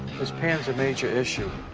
this pan's a major issue.